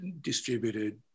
distributed